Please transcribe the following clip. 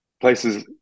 places